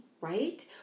right